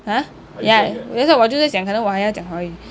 !huh! ya that's why 我就是想可能我还要讲华语